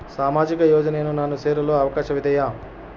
ಸಾಮಾಜಿಕ ಯೋಜನೆಯನ್ನು ನಾನು ಸೇರಲು ಅವಕಾಶವಿದೆಯಾ?